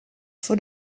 for